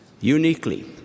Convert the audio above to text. Uniquely